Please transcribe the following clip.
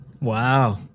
Wow